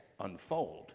unfold